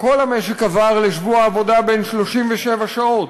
כל המשק עבר לשבוע עבודה בן 37 שעות,